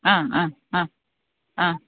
ആ ആ ആ ആ